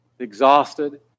exhausted